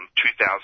2,000